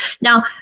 Now